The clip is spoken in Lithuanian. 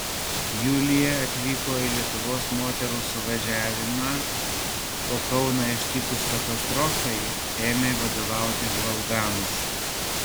julija atvyko į lietuvos moterų suvažiavimą o kauną ištikus katastrofai ėmė vadovauti žvalgams